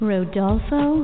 Rodolfo